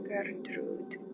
Gertrude